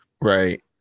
Right